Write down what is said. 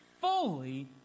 fully